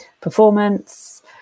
performance